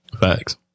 Facts